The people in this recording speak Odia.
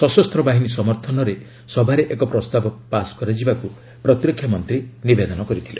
ସଶସ୍ତ ବାହିନୀ ସମର୍ଥନରେ ସଭାରେ ଏକ ପ୍ରସ୍ତାବ ପାସ୍ କରାଯିବାକୁ ପ୍ରତିରକ୍ଷା ମନ୍ତ୍ରୀ ନିବେଦନ କରିଥିଲେ